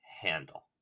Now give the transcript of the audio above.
handle